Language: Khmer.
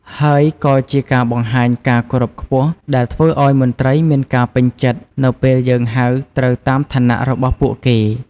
ហើយក៏ជាការបង្ហាញការគោរពខ្ពស់ ដែលធ្វើអោយមន្ត្រី មានការពេញចិត្តនៅពេលយើងហៅត្រូវតាមឋានៈរបស់ពួកគេ។